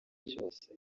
cyose